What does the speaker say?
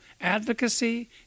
advocacy